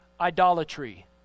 idolatry